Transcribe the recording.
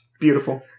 Beautiful